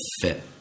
fit